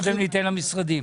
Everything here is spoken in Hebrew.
ניתן קודם למשרדים.